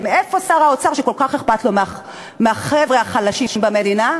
איפה שר האוצר שכל כך אכפת לו מהחבר'ה החלשים במדינה?